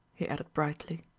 he added brightly.